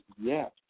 yes